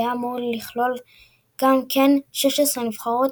היה אמור לכלול גם כן 16 נבחרות,